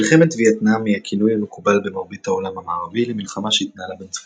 מלחמת וייטנאם היא הכינוי המקובל במרבית העולם המערבי למלחמה שהתנהלה בין